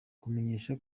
kumenyesha